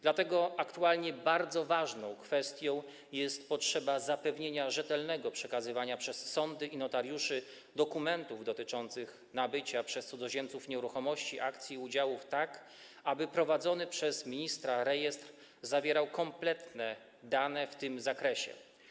Dlatego aktualnie bardzo ważną kwestią jest potrzeba zapewnienia rzetelnego przekazywania przez sądy i notariuszy dokumentów dotyczących nabycia przez cudzoziemców nieruchomości, akcji i udziałów, tak aby prowadzony przez ministra rejestr zawierał kompletne dane w tym zakresie.